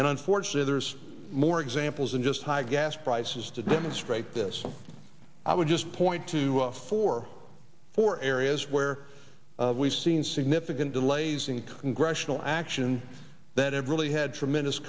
and unfortunately there's more examples of just high gas prices to demonstrate this i would just point to four four areas where we've seen significant delays in congressional action that everybody had tremendous